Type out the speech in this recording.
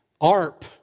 ARP